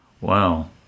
Wow